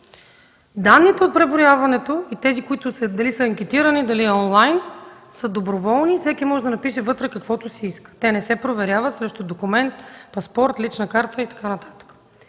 Данните от преброяването – дали са анкетирани, дали онлайн, са доброволни и всеки може да напише вътре каквото си иска. Те не се проверяват срещу документ, паспорт, лична карта и така